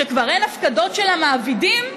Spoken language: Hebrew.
כדי שכשהם יפרשו סוף-סוף משוק העבודה,